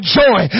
joy